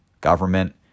government